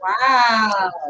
Wow